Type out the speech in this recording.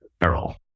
Errol